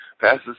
passes